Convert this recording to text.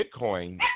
Bitcoin